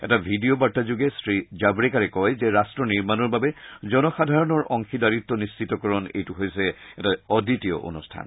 এটা ভিডিঅ বাৰ্তাযোগে শ্ৰীজাভ্ৰেকাৰে কয় যে ৰট্ট নিৰ্মাণৰ বাবে জনসাধাৰণৰ অংশীদাৰীত্ব নিশ্চিতকৰণৰ এইটো হৈছে এটা অদ্বিতীয় অনুষ্ঠান